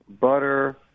butter